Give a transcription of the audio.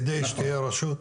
על מנת שתהיה רשות.